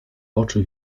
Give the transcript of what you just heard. oczy